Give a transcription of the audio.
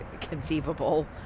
conceivable